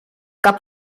cap